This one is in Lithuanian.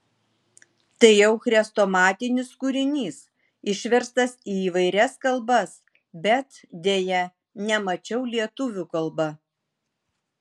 tai jau chrestomatinis kūrinys išverstas į įvairias kalbas bet deja nemačiau lietuvių kalba